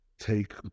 take